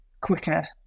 quicker